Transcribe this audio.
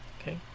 okay